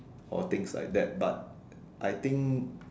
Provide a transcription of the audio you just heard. or things like that but I think